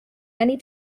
many